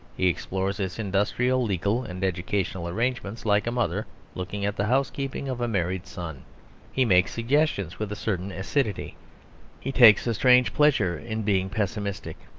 he explores its industrial, legal, and educational arrangements like a mother looking at the housekeeping of a married son he makes suggestions with a certain acidity he takes a strange pleasure in being pessimistic.